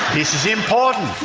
is important,